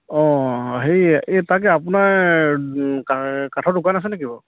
অঁ হেৰি এই তাকে আপোনাৰ কাঠৰ দোকান আছে নেকি বাৰু